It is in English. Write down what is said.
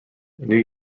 new